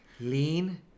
lean